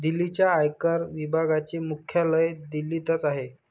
दिल्लीच्या आयकर विभागाचे मुख्यालय दिल्लीतच आहे